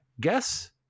Guess